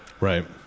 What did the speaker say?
right